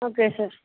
okay sir